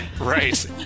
Right